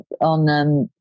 on